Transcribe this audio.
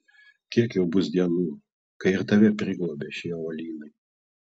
kiek jau bus dienų kai ir tave priglobė šie uolynai